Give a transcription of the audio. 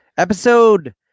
Episode